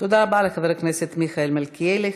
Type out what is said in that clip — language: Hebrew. תודה רבה לחבר הכנסת מיכאל מלכיאלי.